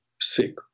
Sick